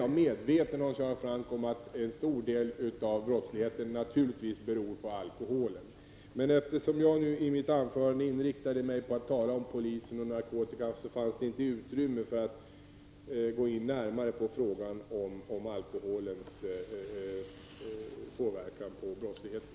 Jag är, Hans Göran Franck, medveten om att en stor del av brottsligheten naturligtvis beror på alkoholen. Eftersom jag i mitt anförande inriktade mig på att tala om polisen och narkotikan, fanns det inte utrymme för att närmare gå in på frågan om alkoholens påverkan på brottsligheten.